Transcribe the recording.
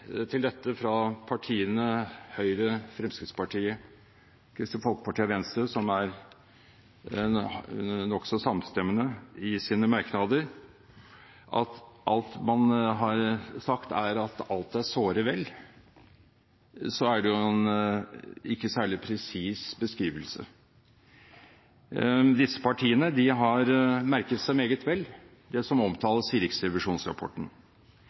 til dette – bidragene fra partiene Høyre, Fremskrittspartiet, Kristelig Folkeparti og Venstre, som er nokså samstemte i sine merknader – er at alt man har sagt, er at alt er såre vel, så er jo ikke det en særlig presis beskrivelse. Disse partiene har merket seg meget vel det som omtales i